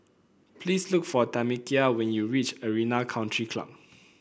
please look for Tamekia when you reach Arena Country Club